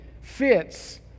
fits